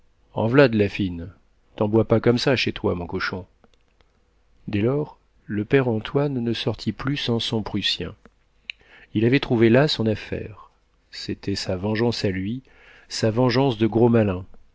en v'là d'la fine t'en bois pas comme ça chez toi mon cochon dès lors le père antoine ne sortit plus sans son prussien il avait trouvé là son affaire c'était sa vengeance à lui sa vengeance de gros malin